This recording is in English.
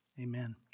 Amen